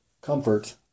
comfort